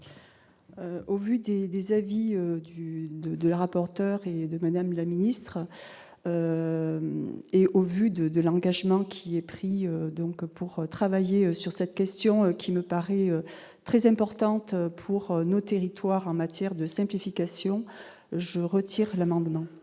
Au vu des des avis du de apporterait de madame la ministre, et au vu de de l'engagement qui est pris donc pour travailler sur cette question qui me paraît très importante pour nos territoires en matière de simplification, je retire l'amendement.